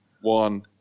one